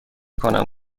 کنم